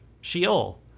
Sheol